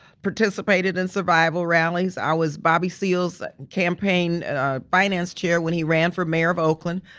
participated in survival rallies. i was bobby seale's and campaign ah finance chair when he ran for mayor of oakland.